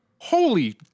Holy